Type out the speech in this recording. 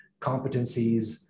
competencies